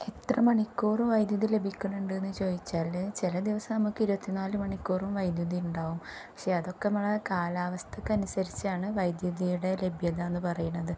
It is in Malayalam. എത്ര മണിക്കൂറ് വൈദ്യുതി ലഭിക്കുന്നുണ്ടെന്ന് ചോദിച്ചാൽ ചില ദിവസം നമുക്ക് ഇരുപത്തിനാൽ മണിക്കൂറും വൈദ്യുതി ഉണ്ടാവും പക്ഷേ അതൊക്കെ നമ്മളെ കാലാവസ്ഥക്കനുസരിച്ചാണ് വൈദ്യുതിയുടെ ലഭ്യത എന്ന് പറയുന്നത്